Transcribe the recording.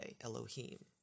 Elohim